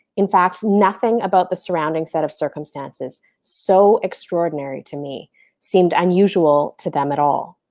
in fact, nothing about the surrounding set of circumstances so extraordinary to me seemed unusual to them at all.